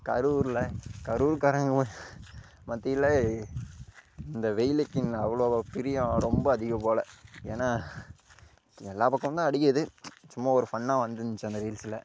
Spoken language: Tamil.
கரூரில் கரூர் காரங்க மத்தியில் இந்த வெயிலுக்கு இங்கே அவ்வளோ பிரியம் ரொம்ப அதிகம் போல் ஏன்னா எல்லா பக்கமும் தான் அடிக்குது சும்மா ஒரு ஃபன்னாக வந்து இருத்துச்சு அந்த ரீல்ஸுல்